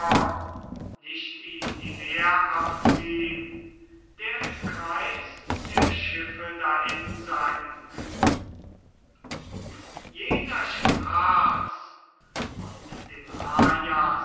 nicht ihm die wehr abziehn der im kreis der schiffe dahinsank jener sprach's und dem